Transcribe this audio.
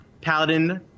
Paladin